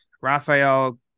Raphael